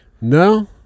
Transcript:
No